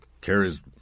Carries